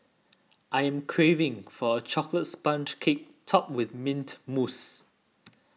I am craving for a Chocolate Sponge Cake Topped with Mint Mousse